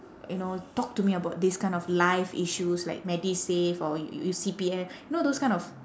you know talk to me about these kind of life issues like medisave or your C_P_F you know those kind of